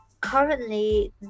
currently